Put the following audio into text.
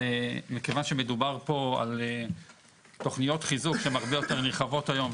מכיוון שמדובר פה על תוכניות חיזוק שהן הרבה יותר נרחבות היום,